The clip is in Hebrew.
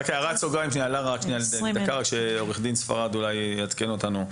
הערת סוגריים שעורך דין ספרד ייעדכן אותנו.